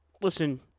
listen